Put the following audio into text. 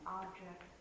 object